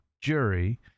jury